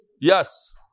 Yes